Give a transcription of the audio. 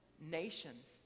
nations